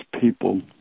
people